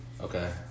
Okay